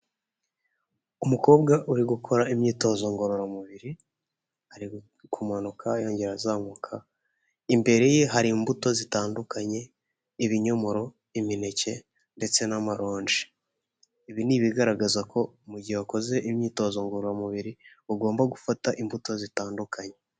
Umukobwa uri gukora imyitozo ngororamubiri ari kumanuka yongera azamuka imbere ye hari imbuto zitandukanye ibinyomoro, imineke ndetse n'amaronji ibi ni ibigaragaza ko mu gihe wakoze imyitozo ngororamubiri ugomba gufata imbuto zitandukanye.